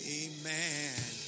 amen